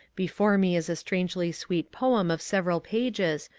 before me is a strangely sweet poem of several pages,